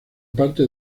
parte